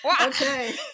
okay